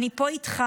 אני פה איתך,